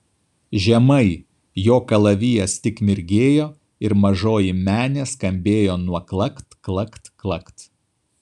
žemai jo kalavijas tik mirgėjo ir mažoji menė skambėjo nuo klakt klakt klakt